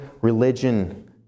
religion